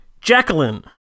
Jacqueline